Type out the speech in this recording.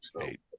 eight